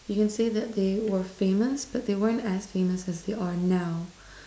you can say that they were famous but they weren't as famous as they are now